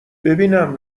ببینم